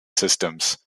systems